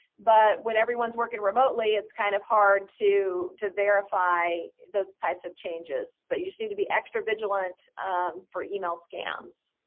but when everyone's working remotely, it's kind of hard to to verify those types of changes. but you just need to be extra vigilant for email scams.